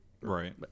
Right